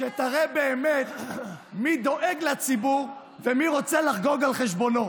שתראה באמת מי דואג לציבור ומי רוצה לחגוג על חשבונו.